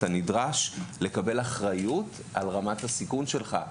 בקורס אתה נדרש לקבל אחריות על רמת הסיכון שלך.